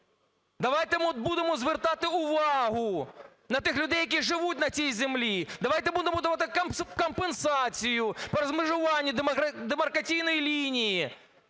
Давайте будемо звертати увагу на тих людей, які живуть на цій землі. Давайте будемо давати компенсацію по розмежуванню демаркаційної лінії.